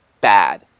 bad